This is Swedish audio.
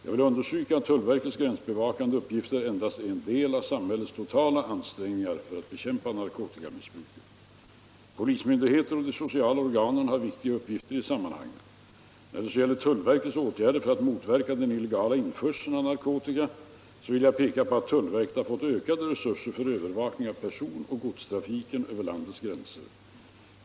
Jag vill understryka att tullverkets gränsbevakande uppgifter endast är en del av samhällets totala ansträngningar för att bekämpa narkotikamissbruket. Polismyndigheterna och de sociala organen har viktiga uppgifter i sammanhanget. När det så gäller tullverkets åtgärder för att motverka den illegala införseln av narkotika vill jag peka på att tullverket har fått ökade resurser för övervakning av personoch godstrafiken över landets gränser.